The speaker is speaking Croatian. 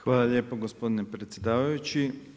Hvala lijepo gospodine predsjedavajući.